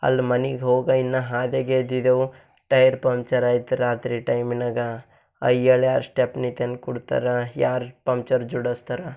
ಅಲ್ಲಿ ಮನೆಗ್ ಹೋಗು ಇನ್ನು ಹಾದಿಯಾಗೆ ಇದ್ದಿದ್ದೆವು ಟೈರ್ ಪಂಚರಾಯ್ತು ರಾತ್ರಿ ಟೈಮಿನಾಗ ಆ ವೇಳ್ಯಾರ್ ಸ್ಟೆಪ್ನಿ ತಂದ್ಕೊಡ್ತರೆ ಯಾರು ಪಂಚರ್ ಜೋಡಿಸ್ತರ